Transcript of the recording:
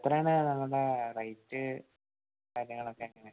എത്രയാണ് അവിടെ റൈറ്റ് കാര്യങ്ങളൊക്കെ എങ്ങനേ